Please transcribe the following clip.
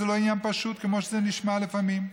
זה לא עניין פשוט כמו שזה נשמע לפעמים.